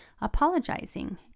apologizing